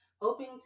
hoping